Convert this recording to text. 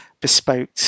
bespoke